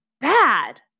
bad